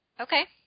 Okay